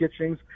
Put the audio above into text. Kitchings